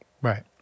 Right